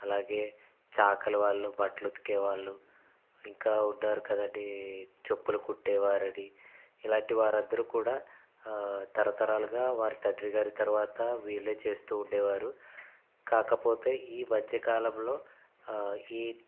అలాగే చాకలివాళ్ళు బట్టలు ఉతికేవాళ్ళు ఇంకా ఉన్నారు కదండీ చెప్పులు కుట్టే వారని ఇలాంటి వారు అందరు కూడా తరతరాలుగా వారి తండ్రిగారి తర్వాత వీళ్ళే చేస్తూ ఉండేవారు కాకపోతే ఈ మధ్యకాలంలో ఈ